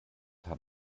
habe